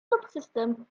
subsystem